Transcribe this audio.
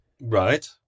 Right